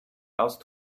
else